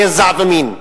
גזע ומין.